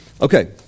Okay